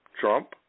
trump